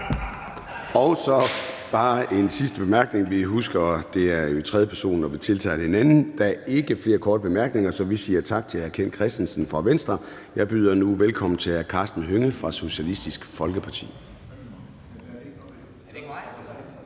Jeg har bare en sidste bemærkning. Vi husker, at det jo er i tredje person, når vi tiltaler hinanden. Der er ikke flere korte bemærkninger, så vi siger tak til hr. Ken Kristensen fra Venstre. Jeg byder nu velkommen til hr. Karsten Hønge fra Socialistisk Folkeparti.